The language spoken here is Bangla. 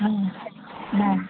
হুম হ্যাঁ